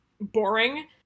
boring